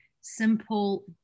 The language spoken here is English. simple